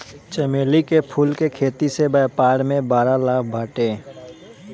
चमेली के फूल के खेती से व्यापार में बड़ा लाभ बाटे